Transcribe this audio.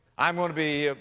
i'm going to be, ah,